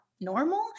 normal